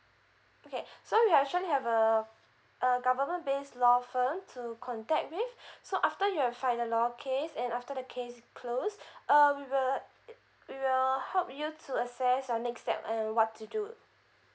okay so we have shortly have uh uh government base law firm to contact with so after your final law case and after the case closed uh we will uh we will help you to assess your next step and what to do